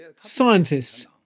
scientists